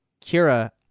Kira